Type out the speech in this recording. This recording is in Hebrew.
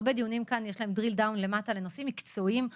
להרבה דיונים כאן יש דריל-דאון למטה לנושאים מקצועיים,